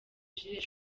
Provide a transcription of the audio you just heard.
jules